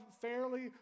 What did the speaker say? fairly